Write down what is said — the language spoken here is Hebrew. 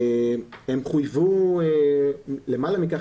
למעלה מכך,